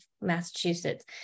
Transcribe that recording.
Massachusetts